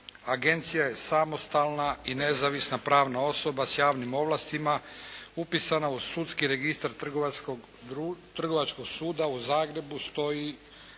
Agencija je samostalna i nezavisna pravna osoba s javnim ovlastima upisana u Sudski registar Trgovačkog suda u Zagrebu, stoji